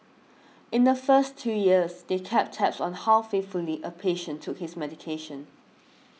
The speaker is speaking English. in the first two years they kept tabs on how faithfully a patient took his medication